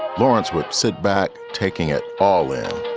lawrence would sit back, taking it all in